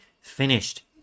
finished